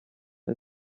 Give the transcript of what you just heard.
his